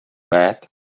bad